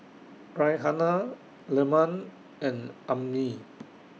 Raihana Leman and Ummi